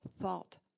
thought